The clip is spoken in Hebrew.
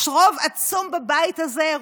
יש רוב עצום בבית הזה,